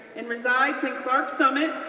and resides in clark summit,